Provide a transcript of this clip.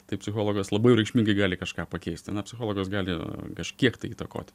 tai psichologas labai reikšmingai gali kažką pakeisti na psichologas gali kažkiek tai įtakoti